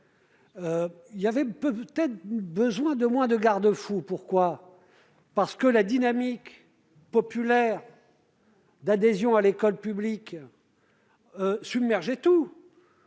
pays avait certainement besoin de moins de garde-fous, parce que la dynamique populaire d'adhésion à l'école publique submergeait tout.